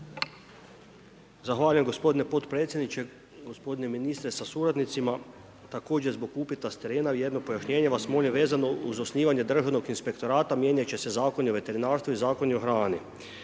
Zahvaljujem gospodine potpredsjedniče. Gospodine ministre sa suradnicima. Također zbog upita s terena, jedno pojašnjenje vas molim, vezano uz osnivanje Državnog inspektorata, mijenjat će se Zakon o veterinarstvu i Zakon o hrani.